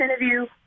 interview